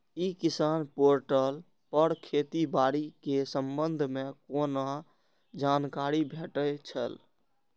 ई किसान पोर्टल पर खेती बाड़ी के संबंध में कोना जानकारी भेटय छल?